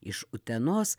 iš utenos